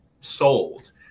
sold